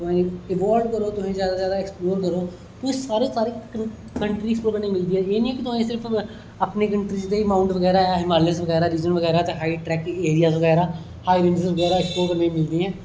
तुस ज्यादा ज्यादा एक्सपलोयर करो तुस सारे दे सारे कंट्री मिलदी ना एह् नेई सिर्फ तुस अपनी कंट्रिस दे मांउट बगैरा ऐ हिमालय बगैरा रिजन बगैरा चाहे ट्रैकिंग ऐरियास बगैरा हाईवे बगैरा मिलदे न